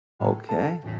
Okay